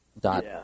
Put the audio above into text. dot